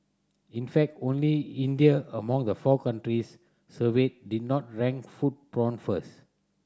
in fact only India among the four countries surveyed did not rank food porn first